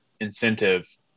incentive